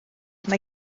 mae